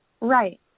Right